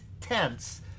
tense